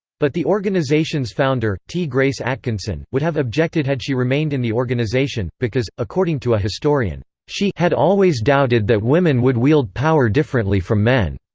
but the organization's founder, ti-grace atkinson, would have objected had she remained in the organization, because, according to a historian, she had always doubted that women would wield power differently from men.